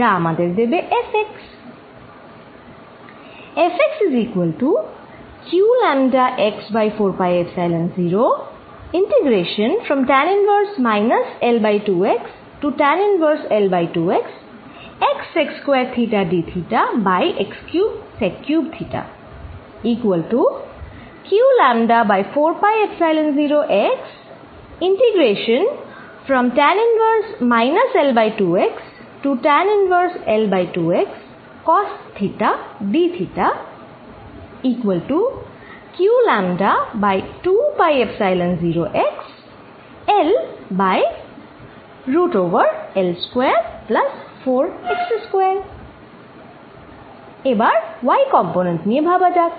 যা আমাদের দেবে Fx এবার ওয়াই কম্পনেন্ট নিয়ে ভাবা যাক